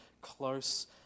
close